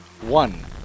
one